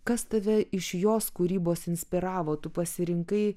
kas tave iš jos kūrybos inspiravo tu pasirinkai